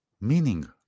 meaning